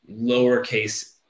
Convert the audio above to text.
lowercase